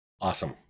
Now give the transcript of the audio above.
Awesome